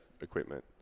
equipment